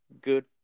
good